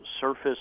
surface